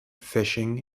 fishing